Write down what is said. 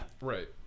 Right